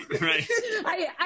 Right